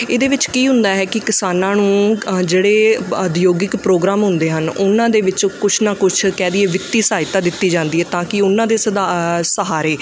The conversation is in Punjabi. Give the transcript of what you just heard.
ਇਹਦੇ ਵਿੱਚ ਕੀ ਹੁੰਦਾ ਹੈ ਕਿ ਕਿਸਾਨਾਂ ਨੂੰ ਆਹਾ ਜਿਹੜੇ ਉਦਯੋਗਿਕ ਪ੍ਰੋਗਰਾਮ ਹੁੰਦੇ ਹਨ ਉਹਨਾਂ ਦੇ ਵਿੱਚੋਂ ਕੁਛ ਨਾ ਕੁਛ ਕਹਿ ਦੇਈਏ ਵਿੱਤੀ ਸਹਾਇਤਾ ਦਿੱਤੀ ਜਾਂਦੀ ਹੈ ਤਾਂ ਕਿ ਉਹਨਾਂ ਦੇ ਸਦਾ ਸਹਾਰੇ